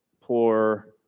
poor